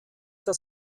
das